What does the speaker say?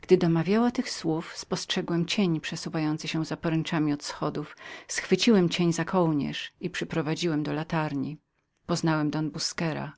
gdy domawiała tych słów spostrzegłem cień przesuwający się za poręczami od wschodów schwyciłem cień za kołnierz i przyprowadziłem do latarni poznałem don busquera